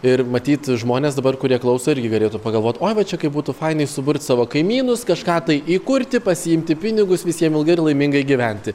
ir matyt žmonės dabar kurie klauso irgi galėtų pagalvot oj va čia kaip būtų fainai suburt savo kaimynus kažką tai įkurti pasiimti pinigus visiem ilgai ir laimingai gyventi